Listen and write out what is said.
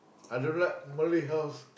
I don't like Malay house